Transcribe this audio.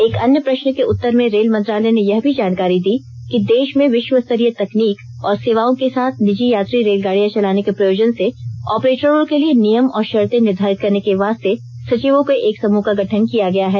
एक अन्य प्रष्न के उत्तर में रेल मंत्रालय ने यह भी जानकारी दी कि देश में विश्वस्तरीय तकनीक और सेवाओं के साथ निजी यात्री रेलगाडियां चलाने के प्रयोजन से ऑपरेटरों के लिए नियम और शर्ते निर्धारित करने के वास्ते सचिवों के एक समूह का गठन किया है